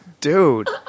Dude